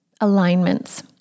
alignments